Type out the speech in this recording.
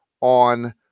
on